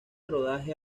rodaje